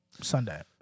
Sunday